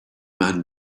man